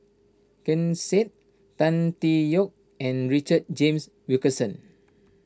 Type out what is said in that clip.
Ken Seet Tan Tee Yoke and Richard James Wilkinson